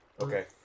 Okay